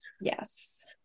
Yes